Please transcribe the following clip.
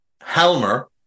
Helmer